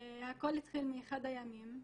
הכל התחיל באחד הימים,